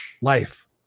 life